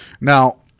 Now